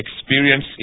experience